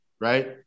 right